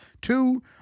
two